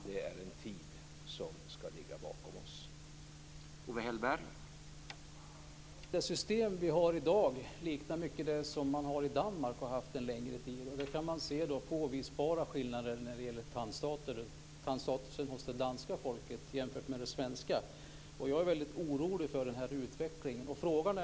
Det är en tid som ska ligga bakom oss.